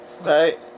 Right